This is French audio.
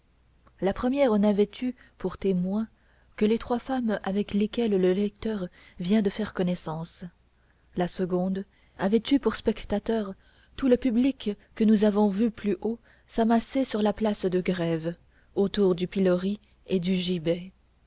la première n'avait eu pour témoins que les trois femmes avec lesquelles le lecteur vient de faire connaissance la seconde avait eu pour spectateurs tout le public que nous avons vu plus haut s'amasser sur la place de grève autour du pilori et du gibet